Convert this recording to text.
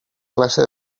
classe